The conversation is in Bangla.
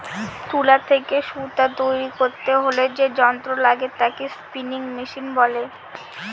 তুলা থেকে সুতা তৈরী করতে হলে যে যন্ত্র লাগে তাকে স্পিনিং মেশিন বলে